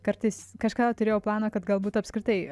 kartais kažkada turėjau planą kad galbūt apskritai